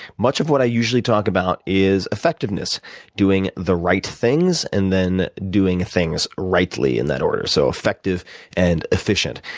much of what i usually talk about is effectiveness doing the right things and then doing things rightly, in that order, so effective and efficient.